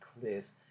cliff